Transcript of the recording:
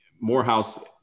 Morehouse